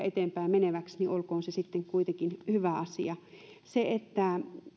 eteenpäin meneväksi niin olkoon se sitten kuitenkin hyvä asia